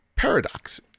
Paradox